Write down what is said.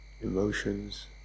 emotions